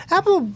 Apple